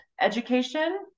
education